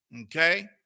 Okay